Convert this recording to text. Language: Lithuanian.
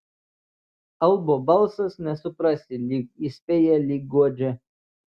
albo balsas nesuprasi lyg įspėja lyg guodžia